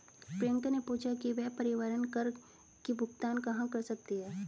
प्रियंका ने पूछा कि वह परिवहन कर की भुगतान कहाँ कर सकती है?